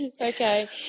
Okay